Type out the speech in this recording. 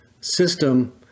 system